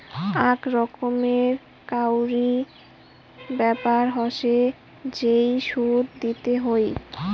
আক রকমের কাউরি ব্যাপার হসে যেই সুদ দিতে হই